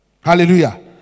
Hallelujah